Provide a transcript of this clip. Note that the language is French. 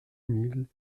mille